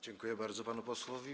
Dziękuję bardzo panu posłowi.